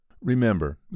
Remember